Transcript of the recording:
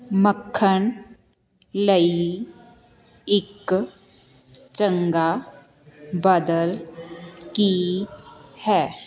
ਮੱਖਣ ਲਈ ਇੱਕ ਚੰਗਾ ਬਦਲ ਕੀ ਹੈ